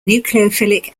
nucleophilic